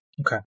Okay